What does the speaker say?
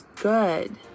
good